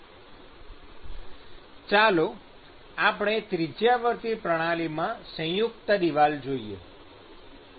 આગળ ચાલો ત્રિજ્યાવર્તી પ્રણાલીમાં સંયુક્ત દિવાલ જોઈએ